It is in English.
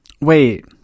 Wait